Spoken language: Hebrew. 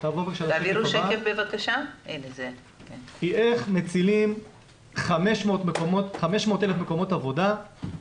היא איך מצילים 500,000 מקומות עבודה